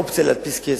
אין אופציה להדפיס כסף,